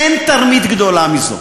אין תרמית גדולה מזו.